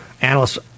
Analysts